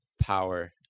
power